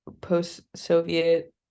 post-soviet